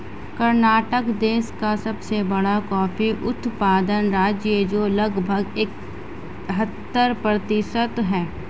कर्नाटक देश का सबसे बड़ा कॉफी उत्पादन राज्य है, जो लगभग इकहत्तर प्रतिशत है